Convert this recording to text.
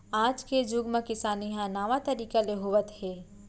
आज के जुग म किसानी ह नावा तरीका ले होवत हे